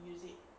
use it